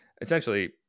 essentially